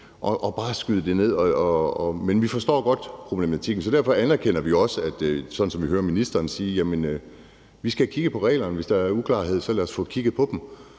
bare at skyde det ned. Men vi forstår godt problematikken, så derfor anerkender vi også det, som vi hører ministeren sige, nemlig at vi skal have kigget på reglerne; hvis der er uklarhed, så lad os få kigget på dem.